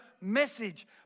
message